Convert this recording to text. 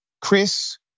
Chris